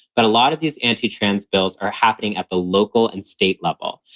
but a lot of these anti trans bills are happening at the local and state level.